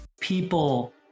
people